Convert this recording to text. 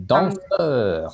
Danseur